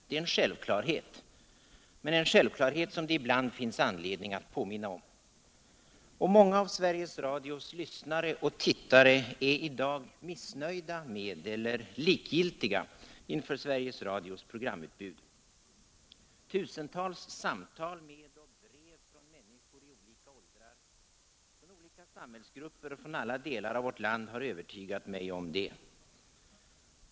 Det är en självklarhet — men en självklarhet som det ibland finns anledning att påminna om. Och många av Sveriges Radios lyssnare och tittare är i dag missnöjda med eller likgiltiga inför Sveriges Radios programutbud. Tusentals samtal med och brev från människor i olika åldrar, från olika samhällsgrupper och från alla delar av vårt land har övertygat mig om detta.